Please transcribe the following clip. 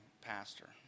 pastor